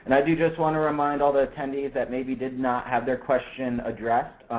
and i do just wanna remind all the attendees that maybe did not have their question addressed.